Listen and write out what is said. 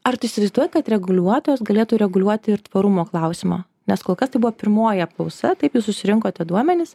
ar tu įsivaizduoji kad reguliuotojas galėtų reguliuoti ir tvarumo klausimą nes kol kas tai buvo pirmoji apklausa taip jūs susirinkote duomenis